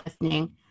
listening